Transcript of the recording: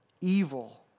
evil